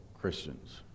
Christians